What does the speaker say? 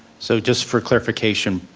so just for clarification,